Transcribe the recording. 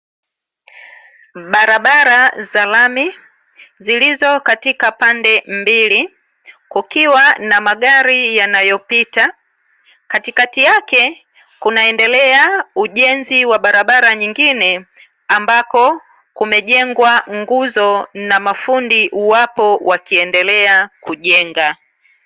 Barabara za rami zilizo katika pande mbili, kukiwa na magari yanayopita katikati yake kunaendelea ujenzi wa barabara nyingine ambako kumejengwa nguzo na mafundi wapo wanaendelea kujenga.